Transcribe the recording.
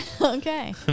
Okay